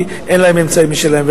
כי אין להם אמצעים משלהם.